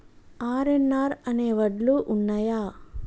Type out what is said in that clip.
RNR అనే వడ్లు ఉన్నయా?